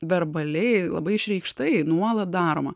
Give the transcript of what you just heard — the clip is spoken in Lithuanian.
verbaliai labai išreikštai nuolat daroma